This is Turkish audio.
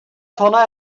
sona